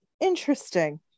Interesting